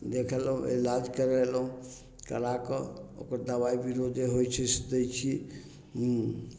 देखेलहुँ इलाज करेलहुँ कराकऽ ओकर दबाइ बिरो जे होइ छै से दै छी